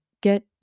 get